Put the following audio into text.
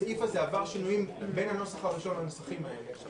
והסעיף הזה עבר שינויים בין הנוסח הראשון לבין הנוסחים האלה,